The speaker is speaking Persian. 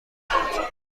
برد